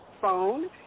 phone